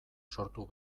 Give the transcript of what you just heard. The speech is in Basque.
sortu